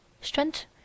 strength